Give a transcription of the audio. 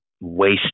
waste